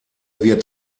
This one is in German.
wird